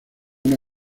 una